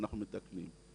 ואנחנו מתקנים.